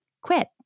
Quit